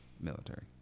military